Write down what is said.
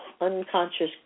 unconscious